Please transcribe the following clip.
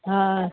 हा